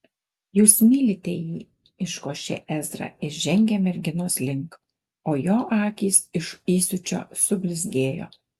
jūs mylite jį iškošė ezra ir žengė merginos link o jo akys iš įsiūčio sublizgėjo